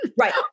right